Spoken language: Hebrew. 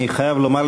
אני חייב לומר,